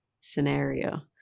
scenario